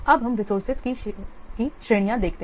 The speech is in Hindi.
अब हम रिसोर्सेज की श्रेणियां देखते हैं